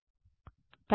విద్యార్థి పెరుగుతుంది